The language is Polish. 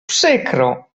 przykrą